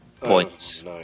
points